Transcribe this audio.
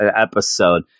episode